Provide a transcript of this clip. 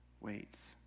waits